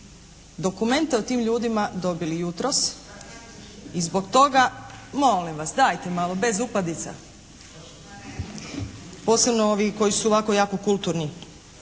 dokumente o tim ljudima dobili jutros i zbog toga. Molim vas dajte malo, bez upadica, posebno ovi koji su ovako jako kulturni.